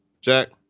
Jack